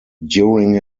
during